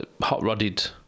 hot-rodded